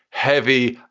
heavy,